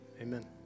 Amen